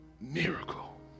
miracle